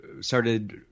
started